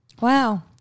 Wow